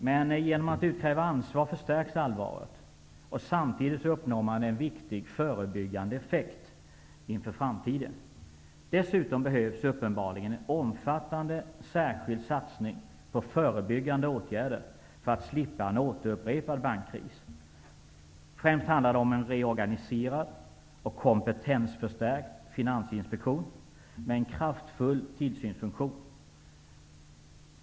Men genom att utkräva ansvar förstärks allvaret, och samtidigt uppnår man en viktig förebyggande effekt inför framtiden. Dessutom behövs det uppenbarligen en omfattande särskild satsning på förebyggande åtgärder för att vi skall slippa en återupprepad bankkris. Främst handlar det om en reorganiserad och kompetensförstärkt finansinspektion med en kraftfull tillsynsfunktion.